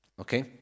Okay